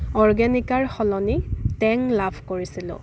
অৰ্গেনিকাৰ সলনি টেং লাভ কৰিছিলোঁ